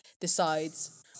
decides